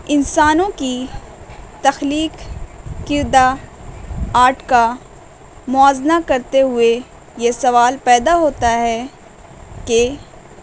انسانوں کی تخلیق کردہ آرٹ کا موازنہ کرتے ہوئے یہ سوال پیدا ہوتا ہے کہ